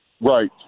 Right